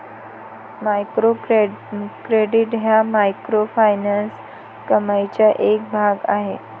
micro credit हा microfinance कमाईचा एक भाग आहे